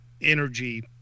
energy